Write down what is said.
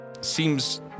seems